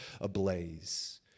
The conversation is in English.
ablaze